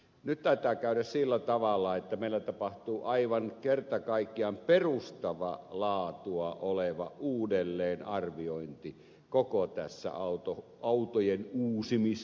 nyt taitaa käydä sillä tavalla että meillä tapahtuu aivan kerta kaikkiaan perustavaa laa tua oleva uudelleenarviointi koko tässä autojen uusimisoperaatiossa